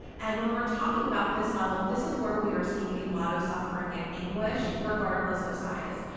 and when we're talking about this level, this is where we are seeing a lot of suffering and anguish regardless of size,